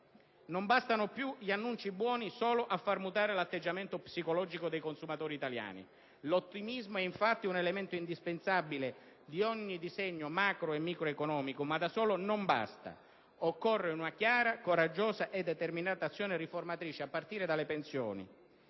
Non bastano più gli annunci buoni solo a far mutare l'atteggiamento psicologico dei consumatori italiani. L'ottimismo è, infatti, un elemento indispensabile di ogni disegno macro e microeconomico, ma da solo non basta. Occorre una chiara, coraggiosa e determinata azione riformatrice, a partire dalle pensioni,